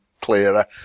clearer